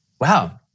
wow